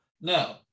No